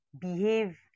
behave